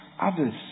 others